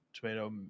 tomato